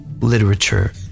literature